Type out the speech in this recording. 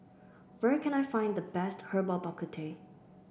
where can I find the best Herbal Bak Ku Teh